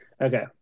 Okay